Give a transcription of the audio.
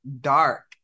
dark